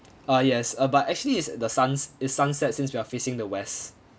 uh yes uh but actually it's the suns~ is sunset since we are facing the west